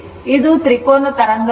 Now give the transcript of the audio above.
ಇದು ತ್ರಿಕೋನ ತರಂಗರೂಪ